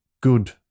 good